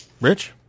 Rich